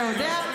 אתה יודע?